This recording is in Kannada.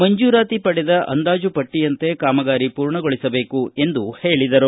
ಮಂಜೂರಾತಿ ಪಡೆದ ಅಂದಾಜು ಪಟ್ಟಿಯಂತೆ ಕಾಮಗಾರಿ ಪೂರ್ಣಗೊಳಿಸಬೇಕು ಎಂದು ಹೇಳಿದರು